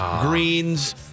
greens